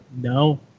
No